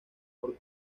por